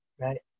right